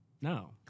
No